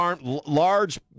large